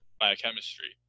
biochemistry